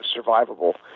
survivable